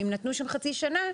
אם נתנו שם חצי שנה,